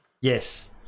Yes